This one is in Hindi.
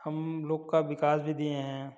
हम लोग का विकास भी दिए हैं